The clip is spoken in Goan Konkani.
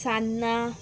सान्नां